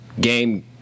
Game